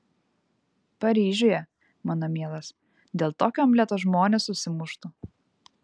paryžiuje mano mielas dėl tokio omleto žmonės susimuštų